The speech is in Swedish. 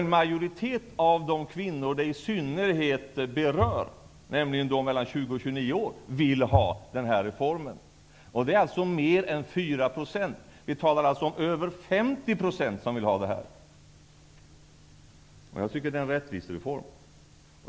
En majoritet av de kvinnor som det i synnerhet berör, de mellan 20 och 29 år, vill ha den här reformen, och det är mer än 4 %. Det är över 50 % som vill ha ett vårdnadsbidrag. Jag tycker att det är en rättvisereform.